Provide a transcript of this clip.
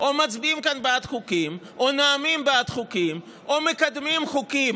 או מצביעים כאן בעד חוקים או נואמים בעד חוקים או מקדמים חוקים,